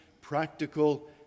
practical